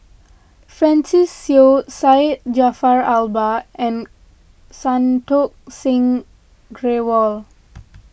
Francis Seow Syed Jaafar Albar and Santokh Singh Grewal